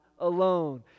alone